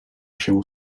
się